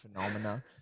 phenomena